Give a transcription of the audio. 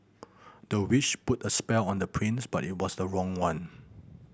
the witch put a spell on the prince but it was the wrong one